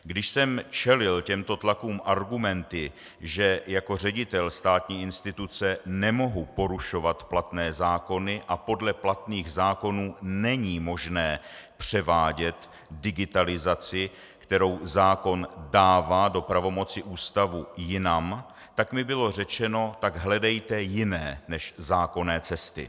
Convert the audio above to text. Když jsem čelil těmto tlakům argumenty, že jako ředitel státní instituce nemohu porušovat platné zákony a podle platných zákonů není možné převádět digitalizaci, kterou zákon dává do pravomoci ústavu, jinam, tak mi bylo řečeno: Tak hledejte jiné než zákonné cesty.